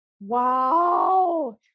Wow